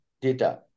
data